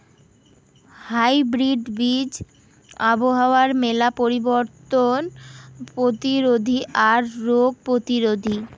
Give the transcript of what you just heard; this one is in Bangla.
হাইব্রিড বীজ আবহাওয়ার মেলা পরিবর্তন প্রতিরোধী আর রোগ প্রতিরোধী